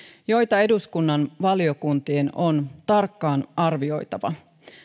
joita eduskunnan valiokuntien on tarkkaan arvioitava